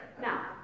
Now